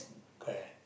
correct